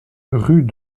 rue